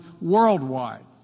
worldwide